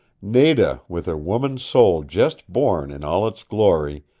nada, with her woman's soul just born in all its glory,